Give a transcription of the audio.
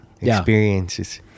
experiences